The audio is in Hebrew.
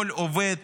כל עובד